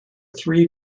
three